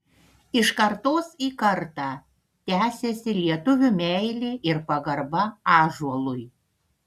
iš kartos į kartą tęsiasi lietuvių meilė ir pagarba ąžuolui